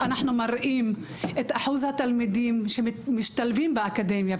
מראים את אחוז התלמידים שמשתלבים באקדמיה,